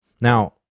now